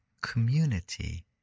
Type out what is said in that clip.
community